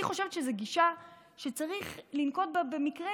אני חושבת שזו גישה שצריך לנקוט במקרים